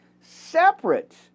separate